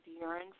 urine